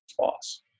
loss